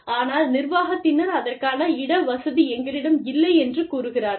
ஆனால் நிர்வாகத்தினர் அதற்கான இடவசதி எங்களிடம் இல்லை என்று கூறுகிறார்கள்